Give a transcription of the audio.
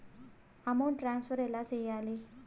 amount transfer ఎలా సేయాలి